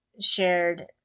shared